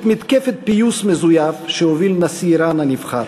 מתקפת פיוס מזויף שהוביל נשיא איראן הנבחר.